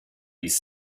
bis